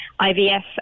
IVF